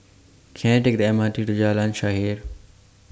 Can I Take The M R T to Jalan Shaer